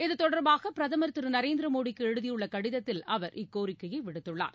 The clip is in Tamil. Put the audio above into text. இதுதொடர்பாக பிரதமர் திரு நரேந்திர மோடிக்கு எழுதியுள்ள கடிதத்தில் அவர் இக்கோரிக்கையை விடுத்துள்ளார்